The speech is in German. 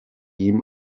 ihm